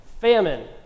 Famine